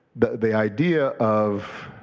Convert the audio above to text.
the the idea of